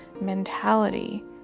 mentality